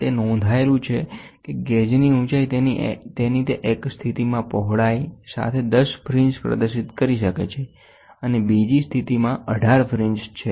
તે નોંધાયેલું છે કે ગેજની ઉચાઇ તેની તે એક સ્થિતિમાં પહોળાઈ સાથે 10 ફ્રિન્જ્સ પ્રદર્શિત કરે છે અને બીજી સ્થિતિમાં 18 ફ્રિન્જ છે